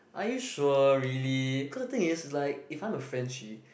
are you sure really cause the thing is like if I'm a Frenchie